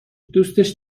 دوستش